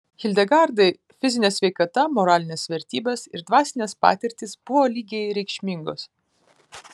hildegardai fizinė sveikata moralinės vertybės ir dvasinės patirtys buvo lygiai reikšmingos